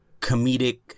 comedic